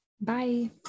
Bye